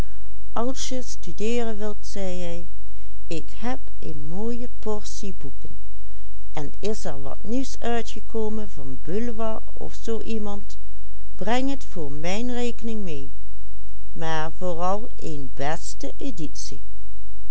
of zoo iemand breng het voor mijn rekening mee maar vooral een beste